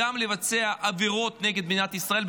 לבצע עבירות נגד מדינת ישראל,